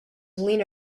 lena